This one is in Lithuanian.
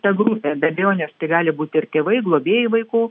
ta grupė be abejonės tai gali būti ir tėvai globėjai vaikų